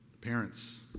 Parents